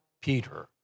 Peter